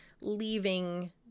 leaving